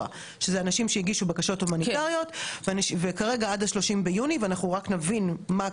וכרגע עד ה-30 ביוני אנחנו רק נבין מה הדבר הגדול הזה עד ה-30 ביוני,